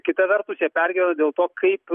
kita vertus jie pergyvena dėl to kaip